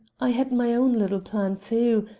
i had my own little plan, too,